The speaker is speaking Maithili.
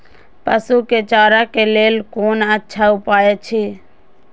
पशु के चारा के लेल कोन अच्छा उपाय अछि?